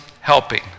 helping